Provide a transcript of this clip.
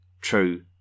true